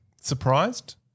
surprised